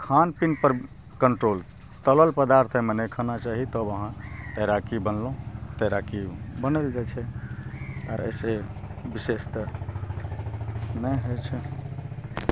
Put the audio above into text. आ खान पान पर कंट्रोल तलल पदार्थ एहिमे नहि खाना चाही तब अहाँ तैराकी बनलहुँ तैराकी बनल जाइ छै आर एहि से बिशेष तऽ नहि होइ छै